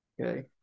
Okay